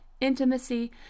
intimacy